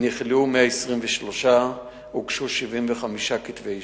ומהם נכלאו 123 והוגשו 75 כתבי אישום.